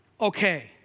okay